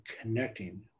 connecting